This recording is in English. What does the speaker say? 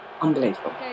unbelievable